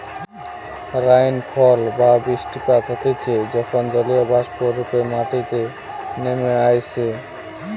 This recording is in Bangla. রাইনফল বা বৃষ্টিপাত হতিছে যখন জলীয়বাষ্প রূপে মাটিতে নেমে আইসে